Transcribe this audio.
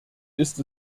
ist